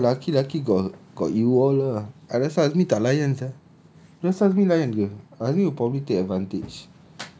like I say ah lucky lucky got got you all ah I rasa azmi tak layan sia you rasa azmi layan ke azmi would probably take advantage